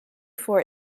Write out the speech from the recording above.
for